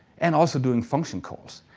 and also doing function calls.